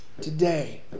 today